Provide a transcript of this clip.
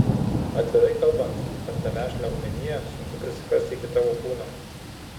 atvirai kalbant per tą vešlią augmeniją sunku prisikasti iki tavo kūno